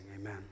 Amen